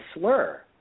slur